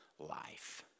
life